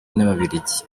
n’ababiligi